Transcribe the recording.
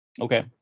Okay